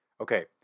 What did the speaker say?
Okay